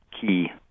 key